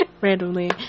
randomly